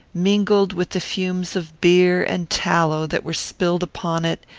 mingled with the fumes of beer and tallow that were spilled upon it,